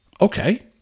Okay